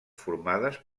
formades